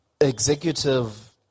executive